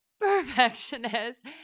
perfectionist